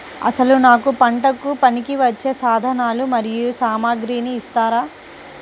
అసలు నాకు పంటకు పనికివచ్చే సాధనాలు మరియు సామగ్రిని ఇస్తారా?